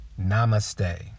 namaste